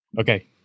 Okay